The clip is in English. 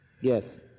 yes